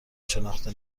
شناخته